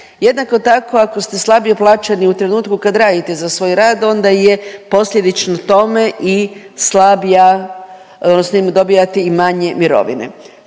Jednako tako ako ste slabije plaćeni u trenutku kad radite za svoj rad onda je posljedično tome i slabija odnosno dobijate i manje mirovine.